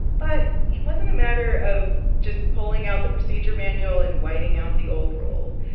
but it wasn't a matter of just pulling out the procedure manual and whiting out the old rule.